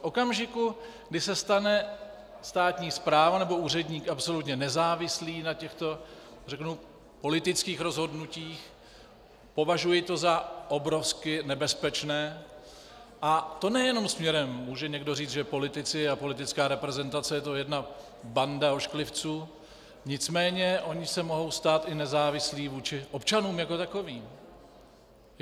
V okamžiku, kdy se stanou státní správa nebo úředník absolutně nezávislými na těchto, řeknu, politických rozhodnutích, považuji to za obrovsky nebezpečné, a to nejen směrem může někdo říci, že politici a politická reprezentace je jedna banda ošklivců, nicméně oni se mohou stát i nezávislými vůči občanům jako takovým.